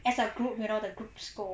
as a group you know the group score